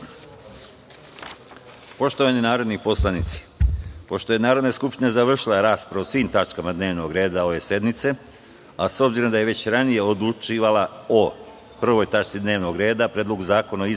celini. Poštovani narodni poslanici, pošto je Narodna skupština završila raspravu o svim tačkama dnevnog reda ove sednice, a s obzirom da je već ranije odlučivala o 1. tački dnevnog reda – Predlogu zakona o